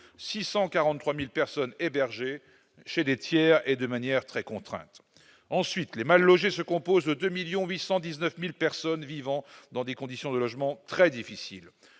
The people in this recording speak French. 643 000 personnes hébergées chez des tiers de manière très contrainte. Ensuite, les mal-logés se composent de 2,819 millions de personnes vivant dans des conditions de logement très difficiles.